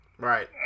Right